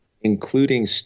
including